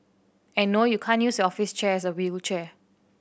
and no you can't use office chair as a wheelchair